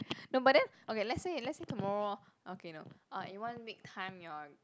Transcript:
no but then okay let's say let's say tomorrow okay no ah in one week time you are